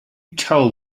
tell